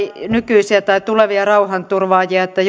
nykyisiä tai tulevia rauhanturvaajia se että